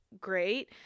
great